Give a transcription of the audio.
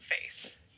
face